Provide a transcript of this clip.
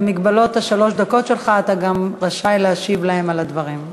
במגבלות שלוש הדקות שלך אתה גם רשאי להשיב להם על הדברים.